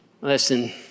Listen